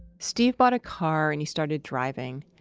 steve bought a car and he started driving.